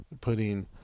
Putting